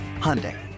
Hyundai